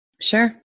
Sure